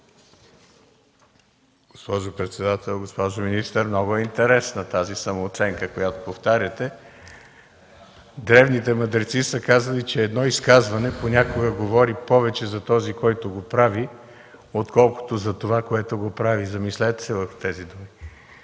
Госпожо председател! Госпожо министър, много е интересна тази самооценка, която повтаряте. Древните мъдреци са казали, че едно изказване понякога говори повече за този, който го прави, отколкото за това, което прави. Замислете се върху тези думи!